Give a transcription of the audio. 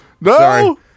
No